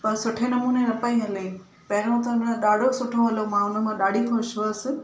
पर सुठे नमूने न पई हले पहिरों त न ॾाढो सुठो हलो मां हुन मां ॾाढी ख़ुशि हुअसि